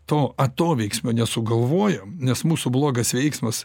to atoveiksmio nesugalvojom nes mūsų blogas veiksmas